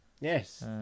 Yes